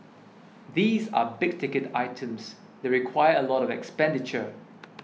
these are big ticket items they require a lot of expenditure